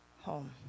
home